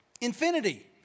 infinity